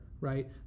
right